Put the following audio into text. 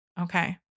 Okay